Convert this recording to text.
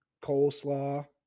coleslaw